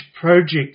project